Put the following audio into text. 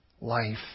life